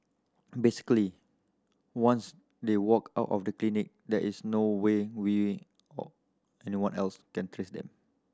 basically once they walk out of the clinic there is no way we or anyone else can trace them